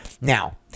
Now